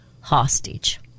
Hostage